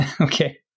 Okay